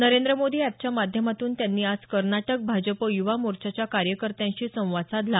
नरेंद्र मोदी अॅपच्या माध्यमातून त्यांनी आज कर्नाटक भाजपा युवा मोर्चाच्या कार्यकर्त्यांशी संवाद साधला